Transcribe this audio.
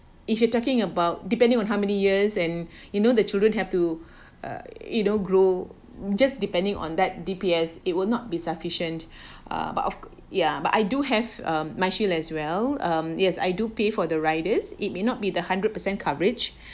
if you are talking about depending on how many years and you know the children have to uh you know grow just depending on that D_P_S it will not be sufficient uh but of cou~ ya but I do have a MyShield as well mm yes I do pay for the riders it may not be the hundred percent coverage